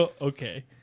Okay